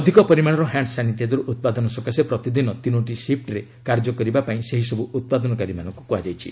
ଅଧିକ ପରିମାଣର hand sanitiser ଉତ୍ପାଦନ ସକାଶେ ପ୍ରତିଦିନ ତିନୋଟି ସିପ୍ଟରେ କାର୍ଯ୍ୟ କରିବାକୁ ସେହିସବୁ ଉତ୍ପାଦନକାରୀମାନଙ୍କୁ କୁହାଯାଇଛି